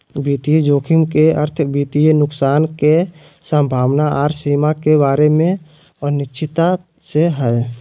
वित्तीय जोखिम के अर्थ वित्तीय नुकसान के संभावना आर सीमा के बारे मे अनिश्चितता से हय